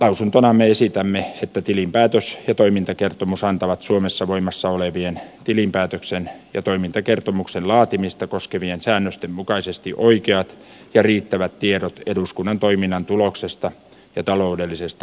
lausuntonamme esitämme että tilinpäätös ja toimintakertomus antavat suomessa voimassa olevien tilinpäätöksen ja toimintakertomuksen laatimista koskevien säännösten mukaisesti oikeat ja riittävät tiedot eduskunnan toiminnan tuloksesta ja taloudellisesta asemasta